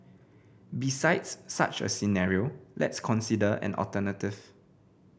besides such a scenario let's consider an alternative